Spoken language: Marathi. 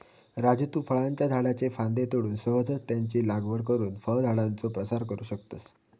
राजू तु फळांच्या झाडाच्ये फांद्ये तोडून सहजच त्यांची लागवड करुन फळझाडांचो प्रसार करू शकतस